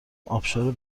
آبشار